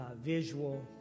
visual